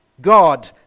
God